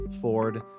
Ford